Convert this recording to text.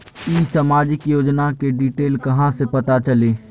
ई सामाजिक योजना के डिटेल कहा से पता चली?